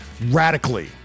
radically